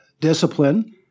discipline